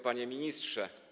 Panie Ministrze!